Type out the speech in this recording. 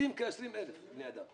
עובדים כ-20,000 אנשים